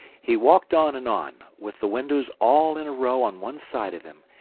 he walked on and on, with the windows all in a row on one side of him,